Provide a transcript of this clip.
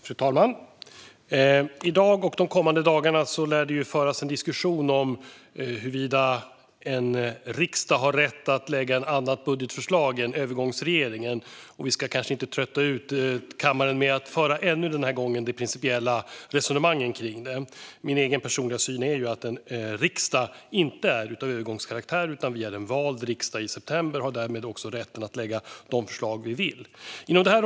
Fru talman! I dag och de kommande dagarna lär en diskussion föras om huruvida en riksdag har rätt att lägga ett annat budgetförslag än övergångsregeringens. Vi ska kanske inte trötta ut kammaren genom att ännu en gång föra de principiella resonemangen kring det. Min egen syn är att en riksdag inte är av övergångskaraktär, utan vi är sedan september en vald riksdag och har därmed rätt att lägga de förslag vi vill. Fru talman!